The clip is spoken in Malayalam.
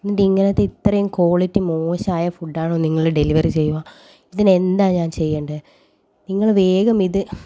എന്നിട്ട് ഇങ്ങനെ ഇത്രയും ക്വാളിറ്റി മോശമായ ഫുഡ് ആണോ നിങ്ങൾ ഡെലിവറി ചെയ്യുക ഇതിന് എന്താണ് ഞാൻ ചെയ്യേണ്ടതും നിങ്ങൾ വേഗം ഇത്